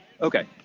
Okay